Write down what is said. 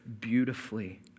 beautifully